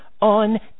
on